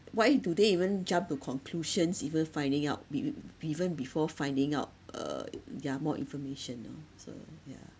why do they even jump to conclusions even finding out be~ be~ even before finding out uh ya more information you know so ya